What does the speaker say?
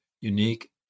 unique